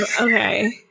Okay